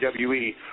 WWE